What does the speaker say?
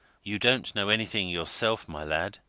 you don't know anything yourself, my lad?